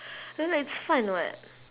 ya but it's fun [what]